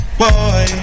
boy